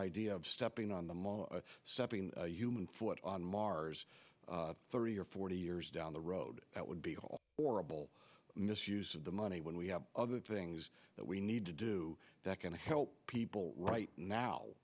idea of stepping on the stepping human foot on mars of thirty or forty years down the road that would be all horrible misuse of the money when we have other things that we need to do that can help people right now